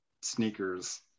sneakers